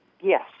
Yes